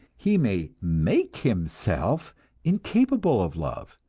he may make himself incapable of love,